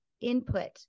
input